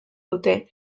dute